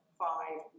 five